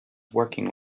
working